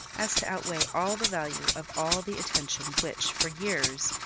as to outweigh all the value of all the attention which, for years,